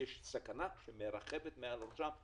יש סכנה שמרחפת מעל ראשם,